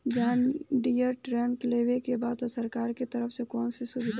John Deere tractor लेवे के बा सरकार के तरफ से कौनो सुविधा बा?